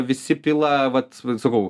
visi pila vat sakau